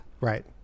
right